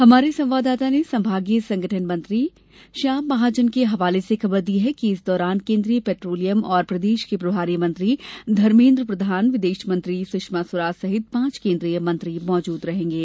हमारे संवाददाता ने संभागीय संगठन मंत्री श्याम महाजन के हवाले से खबर दी है कि इस दौरान केन्द्रीय पेट्रोलियम और प्रदेश के प्रभारी मंत्री धर्मेन्द्र प्रधान विदेश मंत्री सुषमा स्वराज सहित पांच केन्द्रीय मंत्री मौजूद रहेंगे